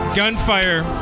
gunfire